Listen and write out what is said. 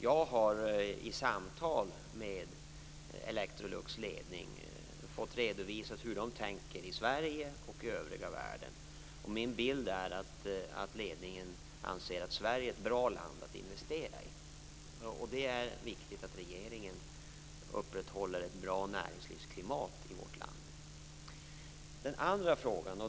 Jag har i samtal med Electrolux ledning fått redovisat hur de tänker i Sverige och i övriga världen, och min bild är att ledningen anser att Sverige är ett bra land att investera i. Det är viktigt att regeringen upprätthåller ett bra näringslivsklimat i vårt land.